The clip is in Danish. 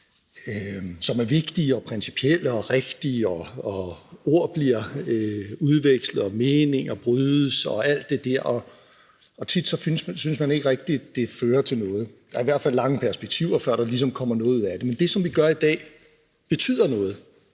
som er vigtige og principielle og rigtige, og hvor ord bliver udvekslet og meninger brydes og alt det der, men tit synes man ikke rigtig, at det fører til noget. Der er i hvert fald lange perspektiver, før der ligesom kommer noget ud af det. Men det, som vi gør i dag, betyder noget.